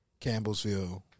Campbellsville